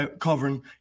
covering